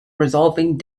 resolving